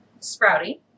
Sprouty